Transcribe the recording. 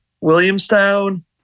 Williamstown